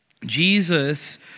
Jesus